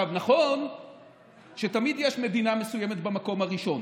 נכון שתמיד יש מדינה מסוימת במקום הראשון,